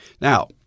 Now